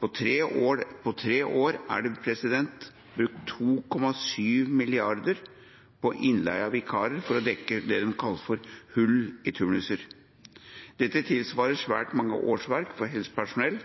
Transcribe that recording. På tre år er det brukt 2,7 mrd. kr på innleie av vikarer for å dekke opp det de kaller for hull i turnuser. Dette tilsvarer svært mange årsverk for helsepersonell